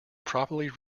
properly